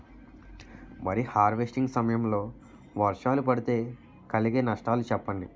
వరి హార్వెస్టింగ్ సమయం లో వర్షాలు పడితే కలిగే నష్టాలు చెప్పండి?